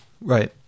Right